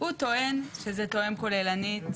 הוא טוען שזה תואם כוללנית,